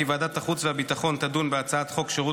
כי ועדת החוץ והביטחון תדון בהצעת חוק שירות